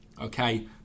okay